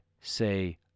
say